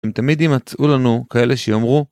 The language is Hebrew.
אם תמיד יימצאו לנו כאלה שיאמרו...